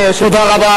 אני אתן דוגמה,